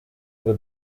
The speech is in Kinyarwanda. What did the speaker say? ngo